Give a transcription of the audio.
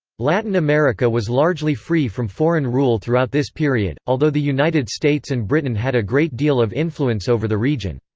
latin america was largely free from foreign rule throughout this period, although the united states and britain had a great deal of influence over the region.